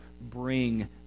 bring